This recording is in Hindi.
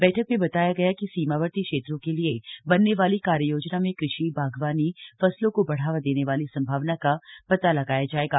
बैठक में बताया गया कि सीमावर्ती क्षेत्रों के लिए बनने वाली कार्य योजना में कृषि बागवानी फसलों को बढ़ावा देने वाली संभावना का पता लगाया जायेगा